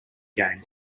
game